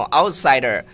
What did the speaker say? outsider